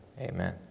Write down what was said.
Amen